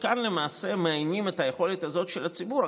כאן למעשה מאיינים את היכולת הזאת של הציבור,